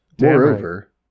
Moreover